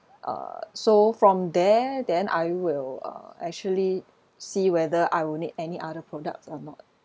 uh so from there then I will uh actually see whether I will need any other products or not